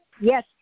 Yes